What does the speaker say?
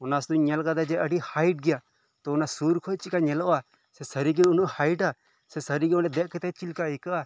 ᱚᱱᱟ ᱥᱩᱫᱩᱧ ᱧᱮᱞ ᱟᱠᱟᱫᱟ ᱡᱮ ᱟᱰᱤ ᱦᱟᱭᱤᱴ ᱜᱮᱭᱟ ᱛᱚ ᱚᱱᱟ ᱥᱩᱨ ᱠᱷᱚᱱ ᱪᱮᱫ ᱞᱮᱠᱟ ᱧᱮᱞᱚᱜᱼᱟ ᱥᱟᱨᱤᱜᱮ ᱩᱱᱟᱹᱜ ᱦᱟᱭᱤᱴᱼᱟ ᱥᱮ ᱥᱟᱨᱤᱜᱮ ᱚᱸᱰᱮ ᱫᱮᱡ ᱠᱟᱛᱮᱫ ᱪᱮᱫ ᱞᱮᱠᱟ ᱟᱹᱭᱠᱟᱹᱜᱼᱟ